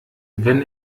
wenn